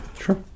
Sure